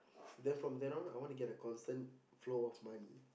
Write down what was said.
then from then on I want to get a constant flow of money